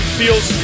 feels